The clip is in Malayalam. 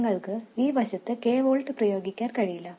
എന്നാൽ നിങ്ങൾക്ക് ഈ വശത്ത് k വോൾട്ട് പ്രയോഗിക്കാൻ കഴിയില്ല